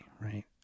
right